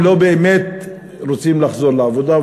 שהם לא באמת רוצים לחזור לעבודה.